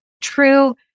true